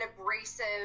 abrasive